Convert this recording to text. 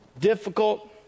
difficult